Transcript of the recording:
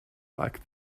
like